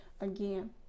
again